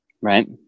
right